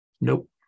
Nope